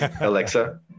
alexa